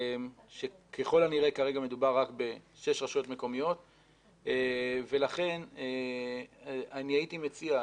שככל הנראה כרגע מדובר בשש רשויות מקומיות ולכן אני הייתי מציע,